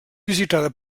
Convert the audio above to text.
visitada